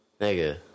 Nigga